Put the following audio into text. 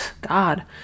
God